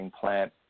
plant